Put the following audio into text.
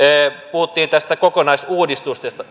puhuttiin tästä kokonaisuudistuksesta